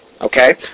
Okay